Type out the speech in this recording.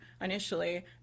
initially